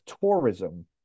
tourism